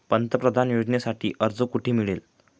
पंतप्रधान योजनेसाठी अर्ज कुठे मिळेल?